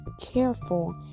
careful